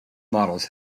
models